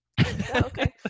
Okay